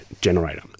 generator